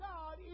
God